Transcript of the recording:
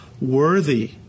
worthy